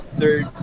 third